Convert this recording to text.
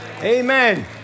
Amen